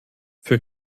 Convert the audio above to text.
für